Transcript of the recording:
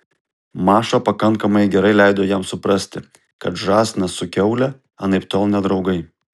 maša pakankamai gerai leido jam suprasti kad žąsinas su kiaule anaiptol ne draugai